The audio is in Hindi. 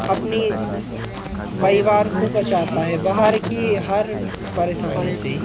अपनी परिवार को बचाता है बाहर की हर परेशानी से